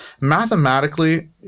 mathematically